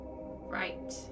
Right